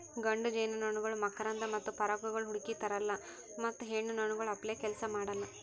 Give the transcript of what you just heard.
ಗಂಡು ಜೇನುನೊಣಗೊಳ್ ಮಕರಂದ ಮತ್ತ ಪರಾಗಗೊಳ್ ಹುಡುಕಿ ತರಲ್ಲಾ ಮತ್ತ ಹೆಣ್ಣ ನೊಣಗೊಳ್ ಅಪ್ಲೇ ಕೆಲಸ ಮಾಡಲ್